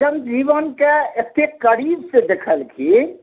जनजीवनके एतेक करीबसँ देखलखिन